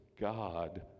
God